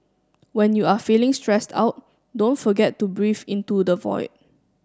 when you are feeling stressed out don't forget to breathe into the void